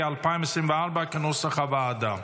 התשפ"ה 2024, כנוסח הוועדה.